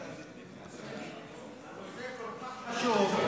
הנושא כל כך חשוב,